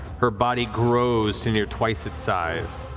her body grows to near twice its size.